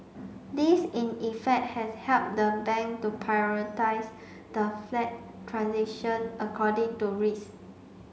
this in effect has helped the bank to prioritise the flagged transition according to risk